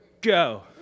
Go